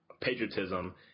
patriotism